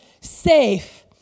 safe